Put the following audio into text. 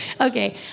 Okay